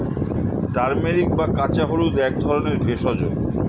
turmeric বা কাঁচা হলুদ হল এক ধরনের ভেষজ